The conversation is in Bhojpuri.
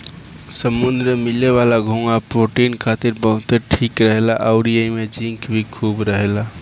समुंद्र में मिले वाला घोंघा प्रोटीन खातिर बहुते ठीक रहेला अउरी एइमे जिंक भी खूब रहेला